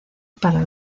para